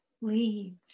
leaves